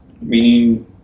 meaning